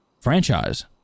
franchise